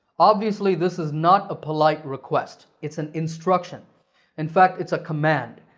obviously, this is not a polite request it's an instruction in fact, it's a command.